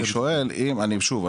שוב,